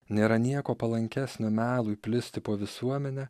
nėra nieko palankesnio melui plisti po visuomenę